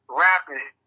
rapping